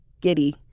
giddy